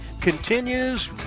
continues